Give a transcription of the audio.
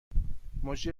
مجری